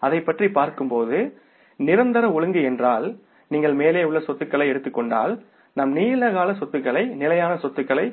நாம் அதைப் பற்றி பார்க்கும்போது நிரந்தர ஒழுங்கு என்றால் நீங்கள் மேலே உள்ள சொத்துக்களை எடுத்துக் கொண்டால் நாம் நீண்ட கால சொத்துக்களை நிலையான சொத்துக்களை